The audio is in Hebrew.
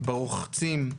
ברוחצים.